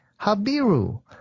Habiru